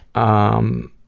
um,